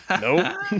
nope